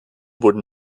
wurden